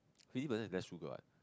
fifty percent is less sugar what